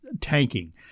tanking